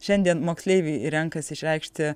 šiandien moksleiviai renkasi išreikšti